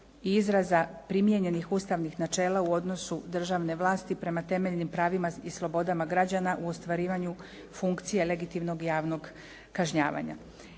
i izraza primijenjenih ustavnih načela u odnosu državne vlasti prema temeljnim pravima i slobodama građana u ostvarivanju funkcije legitimnog javnog kažnjavanja.